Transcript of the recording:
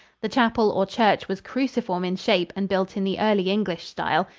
the chapel or church was cruciform in shape and built in the early english style.